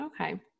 Okay